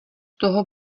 toho